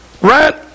right